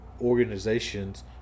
organizations